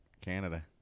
Canada